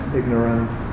ignorance